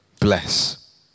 bless